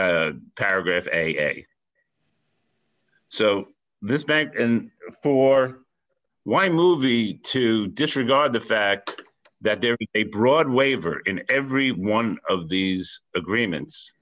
paragraph a so this back and for why movie to disregard the fact that there is a broad waiver in every one of these agreements